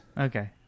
Okay